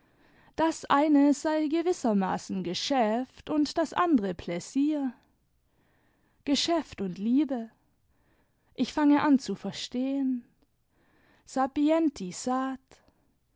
das eine sei gewissermaßen geschäft und das andere pläsier geschäft und liebe ich fange an zu verstehen sapienti sat